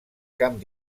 camp